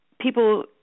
people